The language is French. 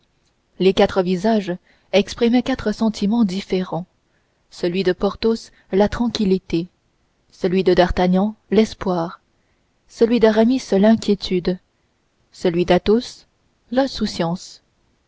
les quatre visages exprimaient quatre sentiments différents celui de porthos la tranquillité celui de d'artagnan l'espoir celui d'aramis l'inquiétude celui d'athos l'insouciance